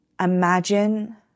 imagine